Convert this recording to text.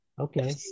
Okay